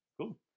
cool